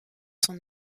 son